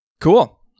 Cool